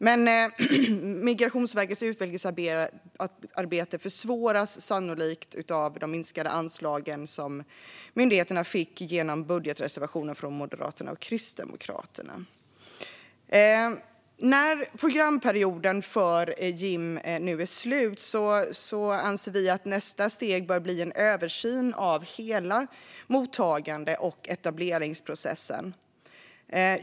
Men Migrationsverkets utvecklingsarbete försvåras sannolikt av de minskade anslag som myndigheten fick på grund av budgetreservationen från Moderaterna och Kristdemokraterna. När programperioden för JIM nu är slut anser vi att nästa steg bör bli en översyn av hela mottagande och etableringsprocessen.